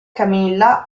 camilla